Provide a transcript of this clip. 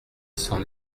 s’en